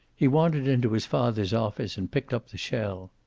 he wandered into his father's office, and picked up the shell.